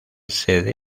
sede